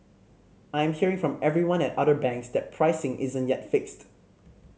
I'm hearing from everyone at other banks that pricing isn't yet fixed